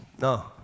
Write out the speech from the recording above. No